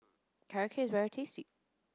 carrot cake is very tasty